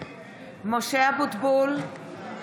(קוראת בשמות חברי הכנסת) משה אבוטבול, נגד סמי